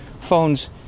phones